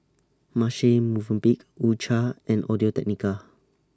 Marche Movenpick U Cha and Audio Technica